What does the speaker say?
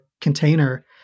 container